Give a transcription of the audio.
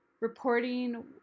reporting